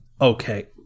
Okay